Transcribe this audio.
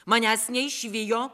manęs neišvijo